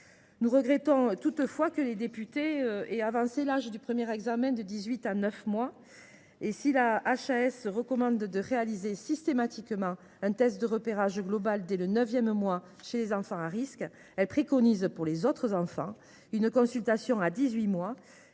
Nous regrettons toutefois que les députés aient avancé l’âge du premier examen de 18 mois à 9 mois. Si la Haute Autorité de santé recommande de réaliser systématiquement un test de repérage global dès le neuvième mois de vie des enfants à risque, elle préconise pour les autres enfants une consultation à 18 mois,